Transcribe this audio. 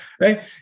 right